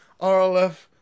RLF